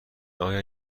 آیا